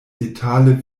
detale